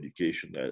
education